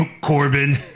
Corbin